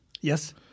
Yes